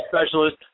specialist